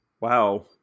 wow